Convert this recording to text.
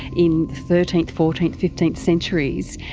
in thirteenth, fourteenth, fifteenth centuries,